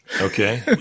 Okay